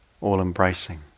all-embracing